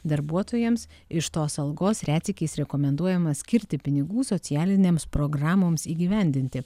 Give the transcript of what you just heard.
darbuotojams iš tos algos retsykiais rekomenduojama skirti pinigų socialinėms programoms įgyvendinti